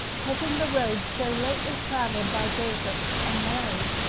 taking the road so lately travelled by joseph and mary.